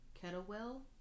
Kettlewell